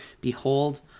Behold